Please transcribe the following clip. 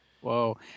Whoa